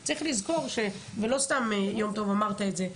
לא סתם יום טוב אמר את זה,